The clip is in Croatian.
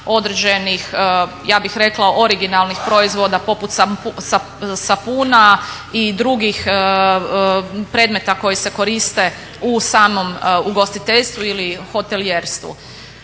određenih ja bih rekla originalnih proizvoda, poput sapuna i drugih predmeta koji se koriste u samom ugostiteljstvu ili hotelijerstvu.